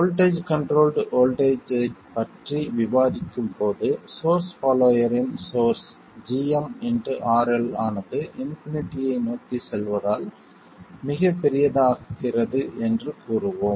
voltage controlled voltage ஐப் பற்றி விவாதிக்கும் போது சோர்ஸ் பாலோயரின் சோர்ஸ் gmRL ஆனது இன்பினிட்டியை நோக்கிச் செல்வதால் மிகப் பெரியதாகிறது என்று கூறினோம்